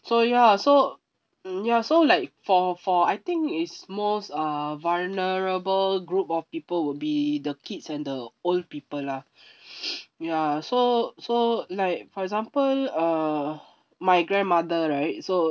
so ya so mm ya so like for for I think it's most uh vulnerable group of people will be the kids and the old people lah ya so so like for example uh my grandmother right so